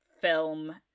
film